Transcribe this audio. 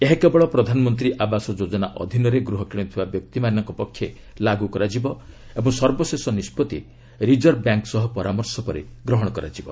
ଏହା କେବଳ ପ୍ରଧାନମନ୍ତ୍ରୀ ଆବାସ ଯୋଜନା ଅଧୀନରେ ଗୃହ କିଣୁଥିବା ବ୍ୟକ୍ତିମାନଙ୍କ ପକ୍ଷେ ଲାଗୁ ହେବ ଓ ସର୍ବଶେଷ ନିଷ୍ପଭି ରିଜର୍ଭ ବ୍ୟାଙ୍କ ସହ ପରାମର୍ଶ ପରେ ଗ୍ରହଣ କରାଯିବ